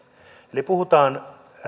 eli puhutaan